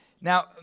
Now